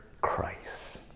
Christ